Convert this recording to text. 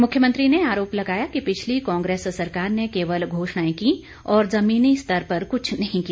मुख्यमंत्री ने आरोप लगाया कि पिछली कांग्रेस सरकार ने केवल घोषणाएं की और ज़मीनी स्तर पर कुछ नहीं किया